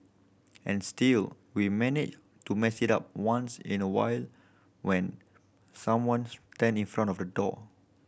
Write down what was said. and still we manage to mess it up once in a while when someone stand in front of the door